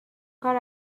کار